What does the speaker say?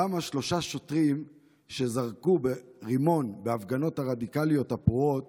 למה שלושה שוטרים שזרקו רימון בהפגנות הרדיקליות הפרועות